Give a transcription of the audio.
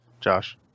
Josh